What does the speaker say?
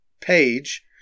page